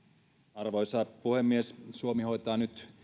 arvoisa puhemies suomi hoitaa nyt